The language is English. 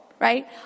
right